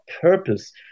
purpose